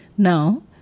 Now